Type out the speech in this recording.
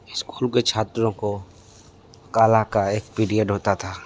school के छात्रों को कला का एक पीरियड होता था